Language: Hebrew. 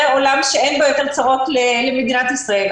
עולם שאין בו יותר צרות למדינת ישראל.